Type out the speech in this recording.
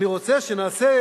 אני רוצה שנעשה,